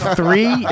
three